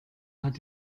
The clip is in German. hat